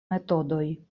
metodoj